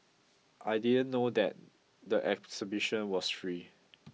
I didn't know that the exhibition was free